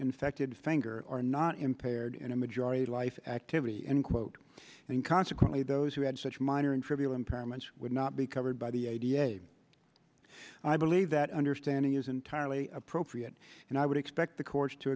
infected finger are not impaired in a majority life activity end quote and consequently those who had such minor and trivial impairments would not be covered by the i d f i believe that understanding is entirely appropriate and i would expect the courts to